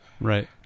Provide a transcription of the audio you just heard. Right